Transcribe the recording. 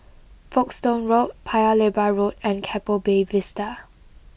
Folkestone Road Paya Lebar Road and Keppel Bay Vista